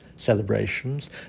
celebrations